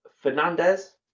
fernandez